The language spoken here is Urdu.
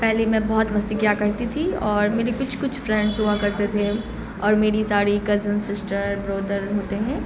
پہلے میں بہت مستی کیا کرتی تھی اور میرے کچھ کچھ فرینڈس ہوا کرتے تھے اور میری ساری کزن سسٹر برادر ہوتے ہیں